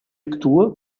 actua